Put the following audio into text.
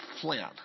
flint